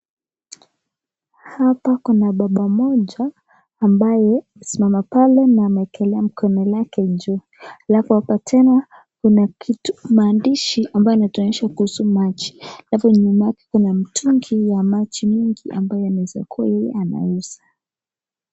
Hapa kuna baba mmoja ambaye amesimama pale na ameekelea mikono yake juu, alafu apo tena kuna maandishi ambayo inatuonesha kuhusu machi .Alafu nyuma yake kuna mtungi wa maji mingi ambaye anaezakua yeye anauza.